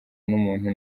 n’umuntu